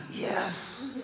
yes